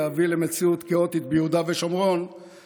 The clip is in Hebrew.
להביא למציאות כאוטית ביהודה ושומרון,